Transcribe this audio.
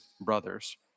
brothers